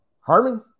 Harmon